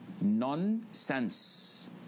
nonsense